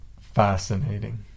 fascinating